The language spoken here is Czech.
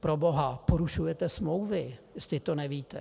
Proboha, porušujete smlouvy, jestli to nevíte.